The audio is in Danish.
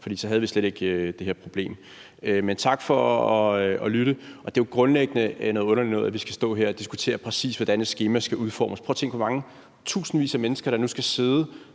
for så havde vi slet ikke det her problem. Men tak for at lytte. Det er jo grundlæggende noget underligt noget, at vi skal stå her og diskutere, præcis hvordan et skema skal udformes. Prøv at tænke på, hvor mange tusindvis af mennesker der nu skal sidde,